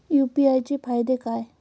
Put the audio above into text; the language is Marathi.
यु.पी.आय चे फायदे काय?